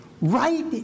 Right